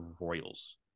Royals